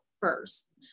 first